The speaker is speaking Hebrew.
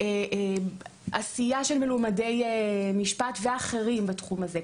עשייה של מלומדי משפט ואחרים בתחום הזה,